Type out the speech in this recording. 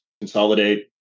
consolidate